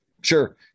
sure